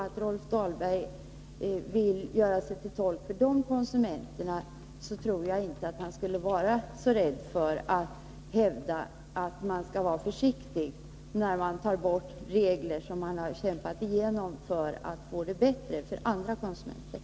Om Rolf Dahlberg vill göra sig till tolk för dessa konsumenter, tror jag inte att han skall vara så rädd för att hävda att vi skall vara försiktiga när vi tar bort regler som man har kämpat igenom för att andra konsumenter skall få det bättre.